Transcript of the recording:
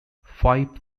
five